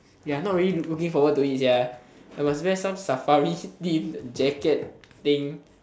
ya not really look~ looking forward to it sia I must wear some safari theme jacket thing